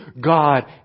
God